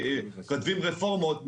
כותבים רפורמות,